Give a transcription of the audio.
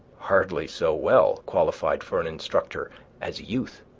hardly so well, qualified for an instructor as youth,